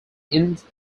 intuition